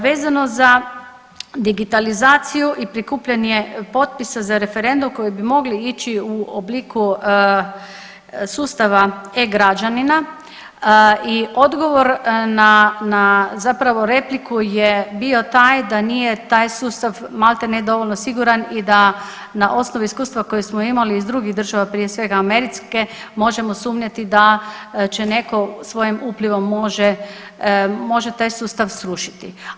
Vezano za digitalizaciju i prikupljanje potpisa za referendum koji bi mogli ići u obliku sustava e-građanina i odgovor na zapravo repliku je bio taj da nije taj sustav maltene dovoljno siguran i da na osnovi iskustva koje smo imali iz drugih država prije svega Amerike možemo sumnjati da će netko svojim uplivom može taj sustav srušiti.